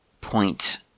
point